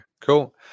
Cool